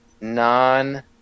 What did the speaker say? non